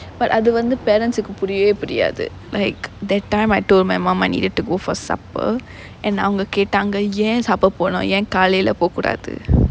but அது வந்து:athu vanthu parents புரியவே புரியாது:puriyavae puriyaathu like that time I told my mum I needed to go for supper and அவங்க கேட்டாங்க ஏன்:avanga ketaanga yaen supper போனும் ஏன் காலைல போகூடாது:ponum yaen kalaila pogakoodaathu